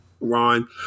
Ron